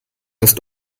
ist